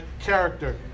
character